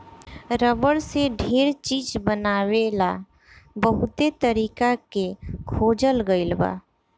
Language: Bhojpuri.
रबर से ढेर चीज बनावे ला बहुते तरीका के खोजल गईल बा